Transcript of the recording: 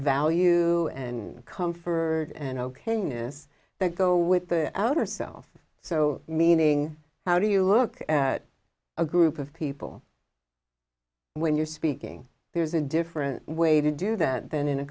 value and comfort and ok miss that go with the outer self so meaning how do you look at a group of people when you're speaking there's a different way to do that than in a